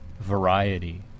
variety